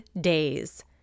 days